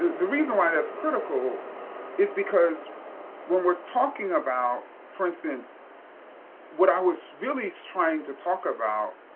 the reason why that's critical is because when we're talking about, for instance what i was really trying to talk about,